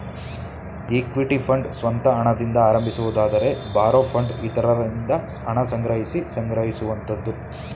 equity fund ಸ್ವಂತ ಹಣದಿಂದ ಆರಂಭಿಸುವುದಾದರೆ ಬಾರೋ ಫಂಡ್ ಇತರರಿಂದ ಹಣ ಸಂಗ್ರಹಿಸಿ ಸಂಗ್ರಹಿಸುವಂತದ್ದು